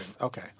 Okay